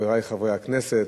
חברי חברי הכנסת,